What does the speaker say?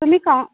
का